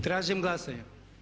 Tražim glasanje.